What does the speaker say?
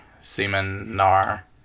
seminar